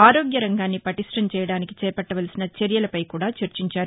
ఆరోగ్య రంగాన్ని పటిష్టం చేయడానికి చేపట్టవలసిన చర్యలపై కూడా చర్చించారు